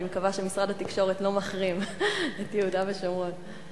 אני מקווה שמשרד התקשורת לא מחרים את יהודה ושומרון,